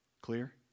Clear